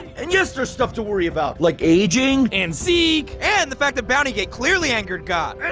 and yes there's stuff to worry about like aging and zeke and the fact that bountygate clearly angered god and